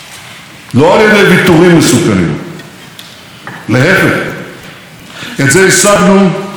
את זה השגנו תוך עמידה איתנה על האינטרסים הביטחוניים והמדיניים שלנו.